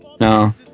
No